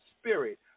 spirit